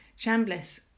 Chambliss